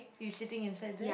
you sitting inside there